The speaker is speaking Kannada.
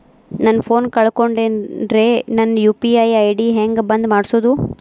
ನನ್ನ ಫೋನ್ ಕಳಕೊಂಡೆನ್ರೇ ನನ್ ಯು.ಪಿ.ಐ ಐ.ಡಿ ಹೆಂಗ್ ಬಂದ್ ಮಾಡ್ಸೋದು?